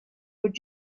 would